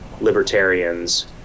libertarians